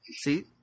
See